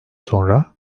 sonra